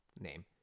Name